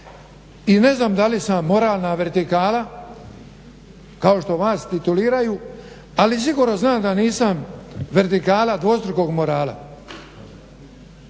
i ne znam da li sam moralna vertikala kao što vas tituliraju, ali sigurno znam da nisam vertikala dvostrukog morala.